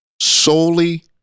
solely